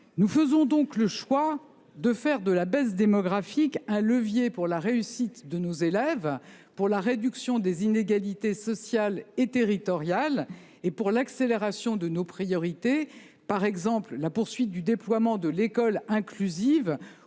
nous avons décidé de faire de la baisse démographique un levier pour la réussite de nos élèves, pour la réduction des inégalités sociales et territoriales, et pour l’accélération des politiques prioritaires que sont pour nous la poursuite du déploiement de l’école inclusive